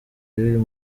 y’uyu